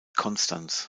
konstanz